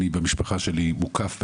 במשפחה שלי אני מוקף במד"א.